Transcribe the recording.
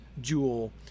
jewel